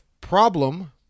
problem